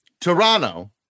Toronto